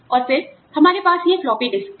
और फिर हमारे पास ये फ्लॉपी डिस्क थे